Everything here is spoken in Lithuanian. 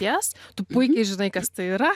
jas tu puikiai žinai kas tai yra